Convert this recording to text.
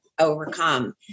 overcome